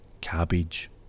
cabbage